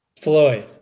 Floyd